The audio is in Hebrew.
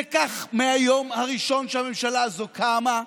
זה כך מהיום הראשון שהממשלה הזו קמה.